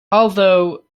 although